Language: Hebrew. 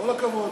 כל הכבוד.